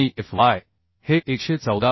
आणि Fy हे 114